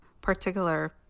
particular